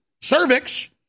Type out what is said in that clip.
cervix